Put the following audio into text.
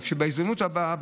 ובהזדמנות הבאה,